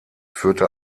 führte